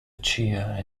chia